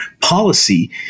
policy